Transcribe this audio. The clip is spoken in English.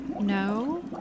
no